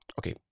Okay